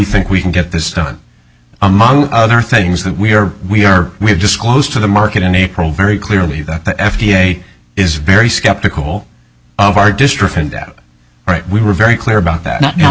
think we can get this done among other things that we are we are we have disclosed to the market in april very clearly that the f d a is very skeptical of our district and that right we were very clear about that